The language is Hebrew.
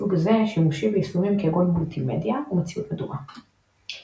סוג זה שימושי ביישומים כגון מולטימדיה ומציאות מדומה.